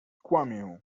kłamię